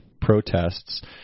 protests